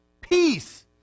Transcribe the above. Peace